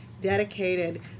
dedicated